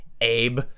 Abe